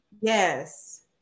Yes